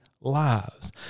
lives